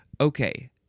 Okay